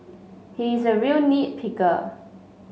he is a real nit picker